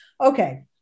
Okay